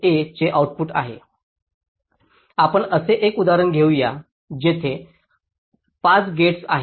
आपण असे एक उदाहरण घेऊ या तेथे 5 गेट्स आहेत